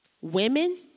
women